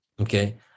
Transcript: Okay